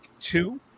two